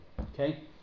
Okay